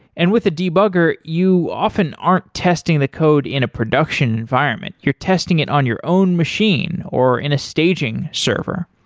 and with the debugger, you often aren't testing the code in a production environment. you're testing it on your own machine or in a staging server.